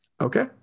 okay